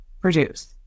produce